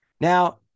Now